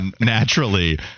naturally